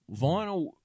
Vinyl